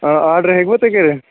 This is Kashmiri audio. آرڈر ہیٚکوا تُہۍ کٔرتھ